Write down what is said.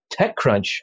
TechCrunch